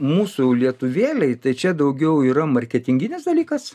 mūsų lietuvėlei tai čia daugiau yra marketinginis dalykas